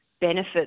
benefits